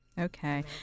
Okay